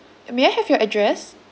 may I have your address